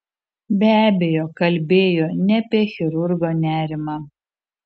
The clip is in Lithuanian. be abejo kalbėjo ne apie chirurgo nerimą